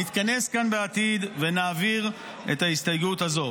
עוד נתכנס כאן בעתיד ונעביר את ההסתייגות הזו.